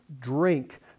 drink